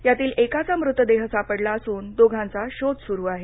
यातील एकाचा मृतदेह सापडला असून दोघांचा शोध स्रू आहे